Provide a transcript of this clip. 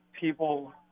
people